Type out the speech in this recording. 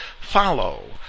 Follow